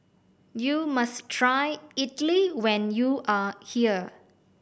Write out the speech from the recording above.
you must try idly when you are here